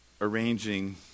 arranging